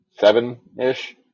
seven-ish